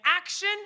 action